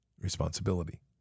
responsibility